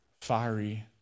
fiery